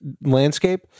landscape